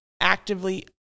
actively